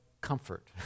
comfort